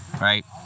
right